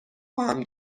خواهم